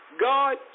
God